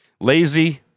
Lazy